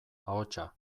ahotsa